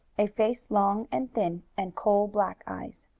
a face long and thin, and coal-black eyes.